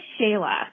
Shayla